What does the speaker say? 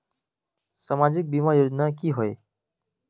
सामाजिक बीमा योजना की होय?